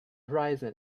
horizon